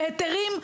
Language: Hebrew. בהיתרים,